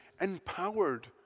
empowered